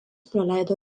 praleido